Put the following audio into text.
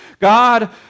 God